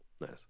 nice